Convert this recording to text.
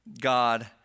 God